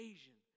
Asian